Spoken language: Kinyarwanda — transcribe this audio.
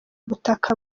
butaka